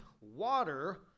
water